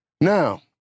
Now